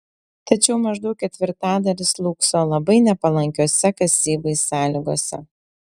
tačiau maždaug ketvirtadalis slūgso labai nepalankiose kasybai sąlygose